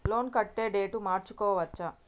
Loan కట్టే date మార్చుకోవచ్చా?